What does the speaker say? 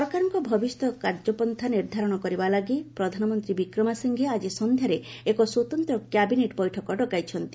ସରକାରଙ୍କ ଭବିଷ୍ୟତ କାର୍ଯ୍ୟପନ୍ଥା ନିର୍ଦ୍ଧାରଣ କରିବା ଲାଗି ପ୍ରଧାନମନ୍ତ୍ରୀ ବିକ୍ରମସିଫ୍ଟେ ଆଜି ସନ୍ଧ୍ୟାରେ ଏକ ସ୍ୱତନ୍ତ୍ର କ୍ୟାବିନେଟ ବୈଠକ ଡକାଇଛନ୍ତି